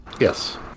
Yes